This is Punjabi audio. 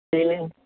ਅਤੇ